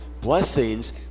blessings